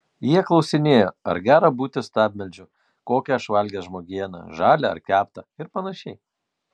jie klausinėjo ar gera būti stabmeldžiu kokią aš valgęs žmogieną žalią ar keptą ir panašiai